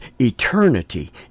eternity